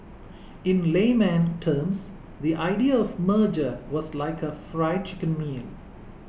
in layman terms the idea of merger was like a Fried Chicken meal